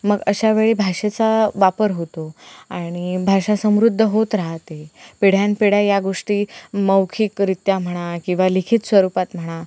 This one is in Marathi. मग अशा वेळी भाषेचा वापर होतो आणि भाषा समृद्ध होत राहते पिढ्यानपिढ्या या गोष्टी मौखिकरीत्या म्हणा किंवा लिखित स्वरूपात म्हणा